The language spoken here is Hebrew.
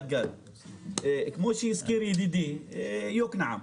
או כמו שכבר הזכיר ידידי, יוקנעם.